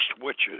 witches